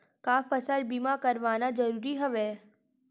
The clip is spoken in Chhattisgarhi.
का फसल बीमा करवाना ज़रूरी हवय?